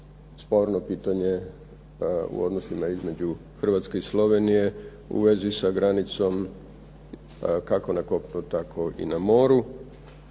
sporno pitanje u odnosu na između Hrvatske i Slovenije u vezi sa granicom kako na kopnu, tako i na moru,